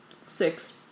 six